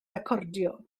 recordio